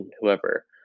whoever